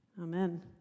Amen